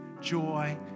joy